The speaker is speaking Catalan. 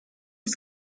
als